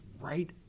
right